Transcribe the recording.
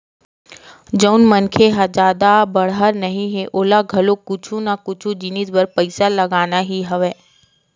जउन मनखे ह जादा बड़हर नइ हे ओला घलो कुछु ना कुछु जिनिस बर पइसा लगना ही हवय